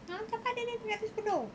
!huh! kakak habis penuh